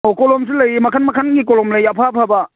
ꯑꯧ ꯀꯣꯂꯣꯝꯁꯨ ꯂꯩꯌꯦ ꯃꯈꯟ ꯃꯈꯟꯒꯤ ꯀꯣꯂꯣꯝ ꯂꯩ ꯑꯐ ꯑꯐꯕ